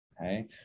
okay